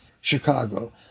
Chicago